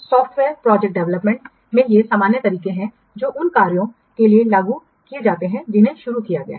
software project development में ये सामान्य तरीके हैं जो उन कार्यों के लिए लागू किए जाते हैं जिन्हें शुरू किया गया है